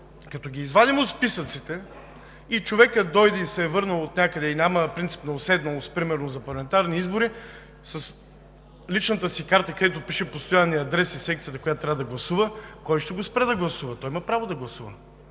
като ги извадим от списъците и човекът дойде, върнал се отнякъде, и няма принцип на уседналост, например за парламентарни избори, с личната си карта, където пише постоянния адрес и секцията, в която трябва да гласува, кой ще го спре да гласува?! Той има право да гласува.